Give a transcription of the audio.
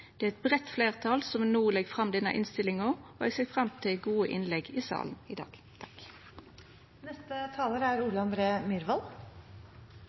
Det er eit breitt fleirtal som no legg fram innstillinga, og eg ser fram til gode innlegg i salen i dag.